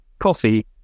coffee